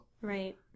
Right